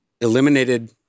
eliminated